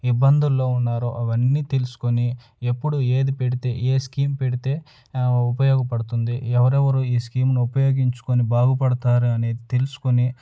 ఇబ్బందుల్లో ఉన్నారో అవన్నీ తెలుసుకొని ఎప్పుడు ఏది పెడితే ఏ స్కీమ్ పెడితే ఉపయోగపడుతుంది ఎవరెవరు ఈ స్కీమ్ను ఉపయోగించుకొని బాగుపడతారని తెలుసుకొని